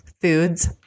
foods